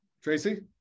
Tracy